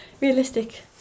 realistic